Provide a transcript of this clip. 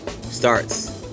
Starts